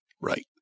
Right